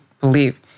believe